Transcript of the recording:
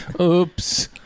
Oops